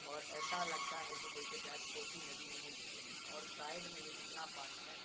اور ایسا لگتا ہے کہ جیسے ڈائریکٹ کوسی ندی میں ہی گھسے ہیں اور سائڈ میں ہی اتنا پانی ہے